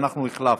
ואנחנו החלפנו.